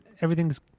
Everything's